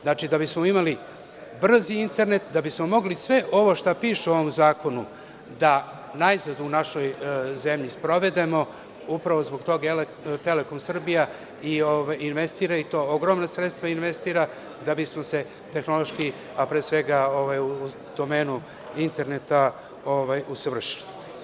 Znači, da bismo imali brzi internet, da bismo mogli sve ovo što piše u ovom zakonu da najzad u našoj zemlji sprovedemo, upravo zbog toga Telekom Srbija investira i to ogromna sredstva da bi smo se tehnološki, a pre svega u domenu itnerneta usavršili.